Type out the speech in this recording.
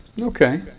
Okay